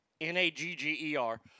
N-A-G-G-E-R